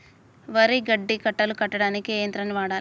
వరి గడ్డి కట్టలు కట్టడానికి ఏ యంత్రాన్ని వాడాలే?